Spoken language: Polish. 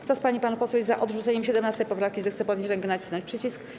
Kto z pań i panów posłów jest za odrzuceniem 17. poprawki, zechce podnieść rękę i nacisnąć przycisk.